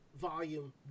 Volume